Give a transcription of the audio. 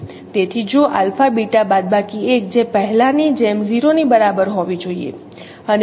તેથી જો alpha beta બાદબાકી 1 જે પહેલાની જેમ 0 ની બરાબર હોવી જોઈએ